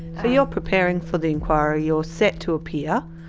ah you preparing for the inquiry, you're set to appear,